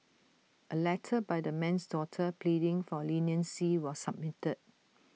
A letter by the man's daughter pleading for leniency was submitted